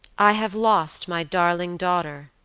i have lost my darling daughter,